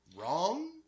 wrong